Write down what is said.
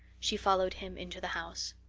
she followed him into the house.